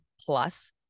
plus